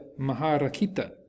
Maharakita